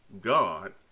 God